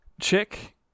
Chick